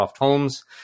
Holmes